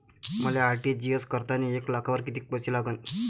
मले आर.टी.जी.एस करतांनी एक लाखावर कितीक पैसे लागन?